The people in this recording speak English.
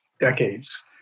decades